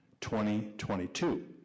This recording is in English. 2022